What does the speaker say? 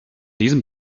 diesem